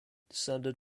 descended